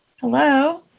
Hello